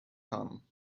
come